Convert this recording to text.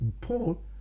Paul